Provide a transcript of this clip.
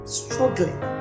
struggling